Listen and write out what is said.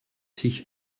sich